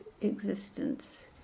existence